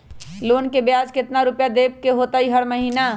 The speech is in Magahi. लोन के ब्याज कितना रुपैया देबे के होतइ हर महिना?